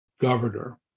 governor